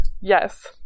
Yes